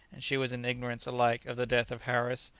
and she was in ignorance alike of the death of harris,